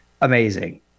amazing